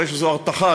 הרי שזו הרתחה,